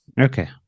okay